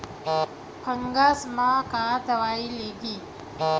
Fungus म का दवाई लगी?